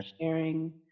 sharing